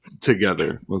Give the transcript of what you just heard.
together